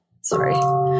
Sorry